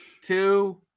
two